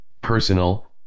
Personal